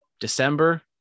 december